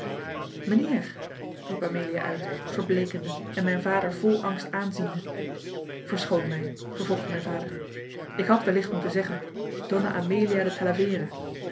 mijnheer riep amelia uit verbleekende en mijn vader vol angst aanziende verschoon mij vervolgde mijn vader ik had wellicht moeten zeggen donna amelia de